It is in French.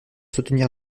soutenir